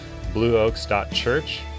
blueoaks.church